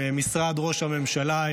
עם משרד ראש הממשלה,